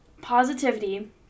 positivity